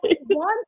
one